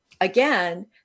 again